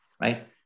right